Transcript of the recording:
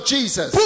Jesus